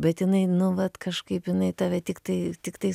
bet jinai nu vat kažkaip jinai tave tiktai tiktai